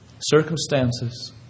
Circumstances